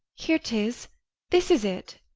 here tis this is it.